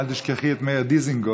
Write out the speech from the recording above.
אל תשכחי את מאיר דיזנגוף,